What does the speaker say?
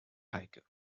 heike